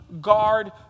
guard